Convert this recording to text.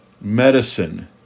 medicine